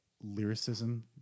lyricism